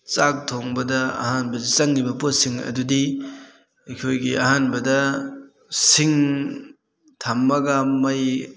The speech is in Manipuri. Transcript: ꯆꯥꯛ ꯊꯣꯡꯕꯗ ꯑꯍꯥꯟꯕꯗ ꯆꯪꯉꯤꯕ ꯄꯣꯠꯁꯤꯡ ꯑꯗꯨꯗꯤ ꯑꯩꯈꯣꯏꯒꯤ ꯑꯍꯥꯟꯕꯗ ꯁꯤꯡ ꯊꯝꯃꯒ ꯃꯩ